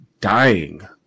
dying